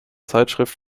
zeitschrift